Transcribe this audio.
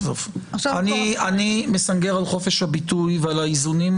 אני מסנגר על חופש הביטוי ועל האיזונים.